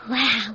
Wow